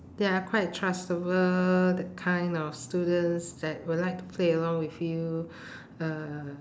they are quite trustable that kind of students that will like to play around with you uh